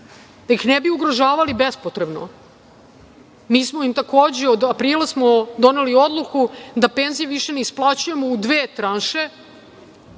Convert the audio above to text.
Da ih ne bi ugrožavali bespotrebno, mi smo, takođe, od aprila doneli odluku da penzije više ne isplaćujemo u dve tranše